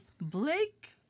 Blake